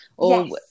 Yes